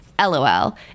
LOL